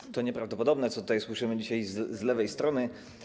To jest nieprawdopodobne, co tutaj słyszymy dzisiaj z lewej strony.